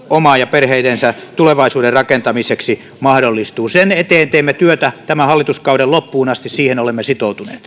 oman ja perheidensä tulevaisuuden rakentamiseksi mahdollistuu sen eteen teemme työtä tämän hallituskauden loppuun asti siihen olemme sitoutuneet